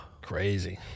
Crazy